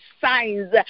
signs